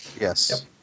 Yes